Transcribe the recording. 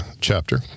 chapter